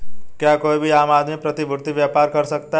क्या कोई भी आम आदमी प्रतिभूती व्यापार कर सकता है?